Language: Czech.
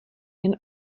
jen